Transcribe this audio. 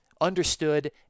understood